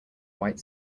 white